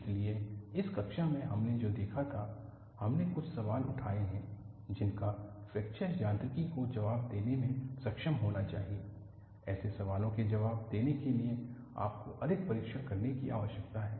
इसलिए इस कक्षा में हमने जो देखा था हमने कुछ सवाल उठाए हैं जिनका फ्रैक्चर यांत्रिकी को जवाब देने में सक्षम होना चाहिए ऐसे सवालों के जवाब देने के लिए आपको अधिक परीक्षण करने की आवश्यकता है